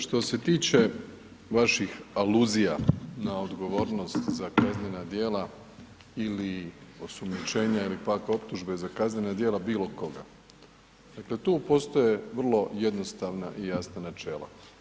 Što se tiče vaših aluzija na odgovornost za kaznena djela ili osumnjičenja ili pak optužbe za kaznena djela bilo koga, dakle tu postoje vrlo jednostavna i jasna načela.